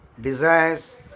desires